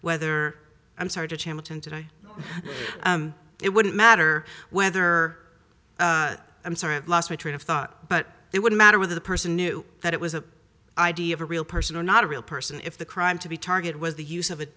whether i'm sorry to channel ten today it wouldn't matter whether i'm sorry i lost my train of thought but it would matter whether the person knew that it was a idea of a real person or not a real person if the crime to be target was the use of a